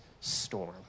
storm